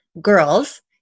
girls